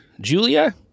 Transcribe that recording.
Julia